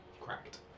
cracked